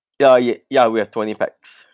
yeah ye~ yeah we have twenty pax